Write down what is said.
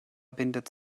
bindet